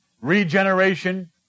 regeneration